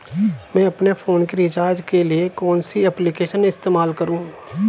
मैं अपने फोन के रिचार्ज के लिए कौन सी एप्लिकेशन इस्तेमाल करूँ?